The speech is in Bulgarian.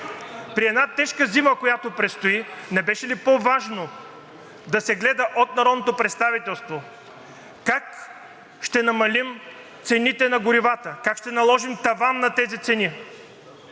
При една тежка зима, която предстои, не беше ли по-важно да се гледа от народното представителство как ще намалим цените на горивата, как ще наложим таван на тези цени,